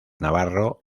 navarro